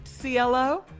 CLO